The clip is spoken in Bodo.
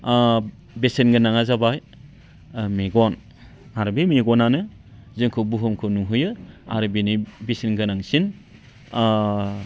बेसेन गोनाङा जाबाय मेगन आरो बे मेगनानो जोंखौ बुहुमखौ नुहोयो आरो बेनो बेसेनगोनांसिन